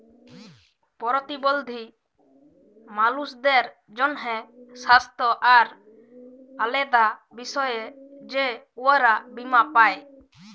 পরতিবল্ধী মালুসদের জ্যনহে স্বাস্থ্য আর আলেদা বিষয়ে যে উয়ারা বীমা পায়